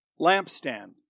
lampstand